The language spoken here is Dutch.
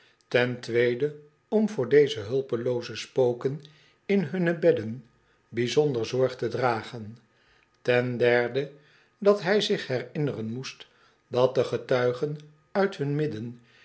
ten tweede om voor deze hulpelooze spoken in hunne bedden bijzonder zorg te dragen ten derde dat hij zich herinneren moest dat de getuigen uit hun midden